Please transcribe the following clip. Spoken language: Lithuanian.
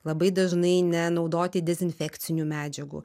labai dažnai nenaudoti dezinfekcinių medžiagų